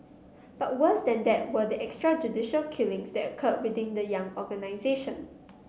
but worse than that were the extrajudicial killings that occurred within the young organisation